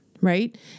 right